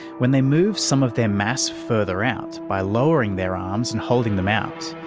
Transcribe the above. when they move some of their mass further out by lowering their arms and holding them out,